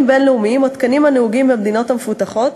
בין-לאומיים או בתקנים הנהוגים במדינות המפותחות,